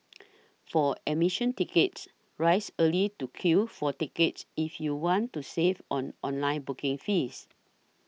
for admission tickets rise early to queue for tickets if you want to save on online booking fees